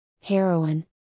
heroin